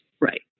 Right